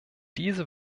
diese